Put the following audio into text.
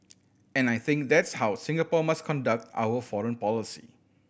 and I think that's how Singapore must conduct our foreign policy